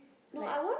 like